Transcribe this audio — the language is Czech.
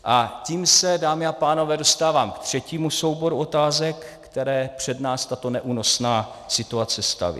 A tím se, dámy a pánové, dostávám k třetímu souboru otázek, které před nás tato neúnosná situace staví.